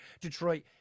Detroit